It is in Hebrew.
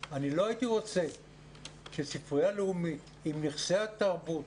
אני לא הייתי רוצה שספרייה לאומית עם נכסי התרבות